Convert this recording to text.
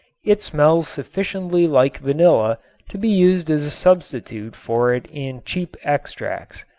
it smells sufficiently like vanilla to be used as a substitute for it in cheap extracts.